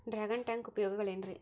Dragon tank ಉಪಯೋಗಗಳೆನ್ರಿ?